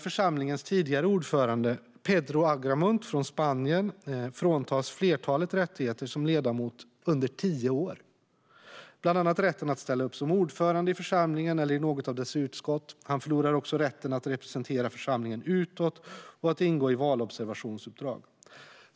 Församlingens tidigare ordförande Pedro Agramunt från Spanien fråntas flertalet rättigheter som ledamot under tio år, bland annat rätten att ställa upp som ordförande i församlingen eller i något av dess utskott. Han förlorar också rätten att representera församlingen utåt och att ingå i valobservationsuppdrag.